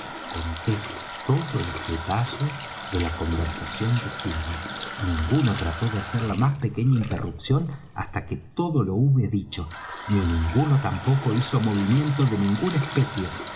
conté todos los detalles de la conversación de silver ninguno trató de hacer la más pequeña interrupción hasta que todo lo hube dicho ni ninguno tampoco hizo movimiento de ninguna especie